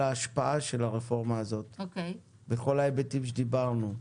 ההשפעה של הרפורמה הזאת בכל ההיבטים שדיברנו.